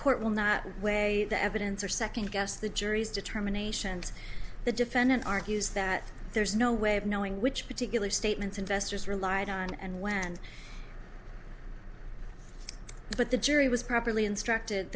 court will not weigh the evidence or second guess the jury's determination and the defendant argues that there's no way of knowing which particular statements investors relied on and when but the jury was properly instructed